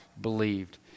believed